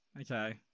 Okay